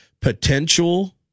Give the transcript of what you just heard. Potential